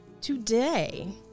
today